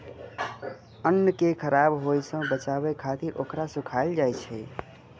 अन्न कें खराब होय सं बचाबै खातिर ओकरा सुखायल जाइ छै